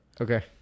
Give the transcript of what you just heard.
Okay